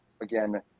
again